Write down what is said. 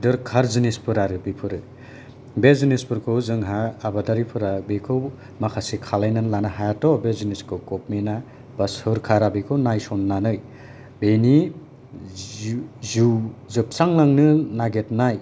दोरखार जिनिसफोर आरो बेफोरो बे जिनिसफोरखौ जोङोहा आबादारिफोरा बेखौ माखासे खालायनानै लानो हायाथ' बे जिनिसखौ सोरखारा बेखौ नायसननानै बेनि जिउ जोबस्रां लांनो नागेरनाय